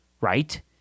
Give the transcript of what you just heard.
right